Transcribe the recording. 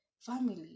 family